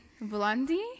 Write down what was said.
blondie